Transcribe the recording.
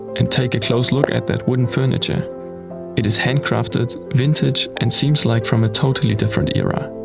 and take a close look at that wooden furniture it is hand-crafted, vintage and seems like from a totally different era.